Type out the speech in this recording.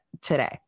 today